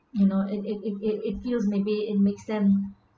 you know it it it it it feels maybe it makes them